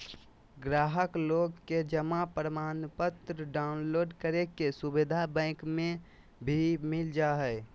गाहक लोग के जमा प्रमाणपत्र डाउनलोड करे के सुविधा बैंक मे भी मिल जा हय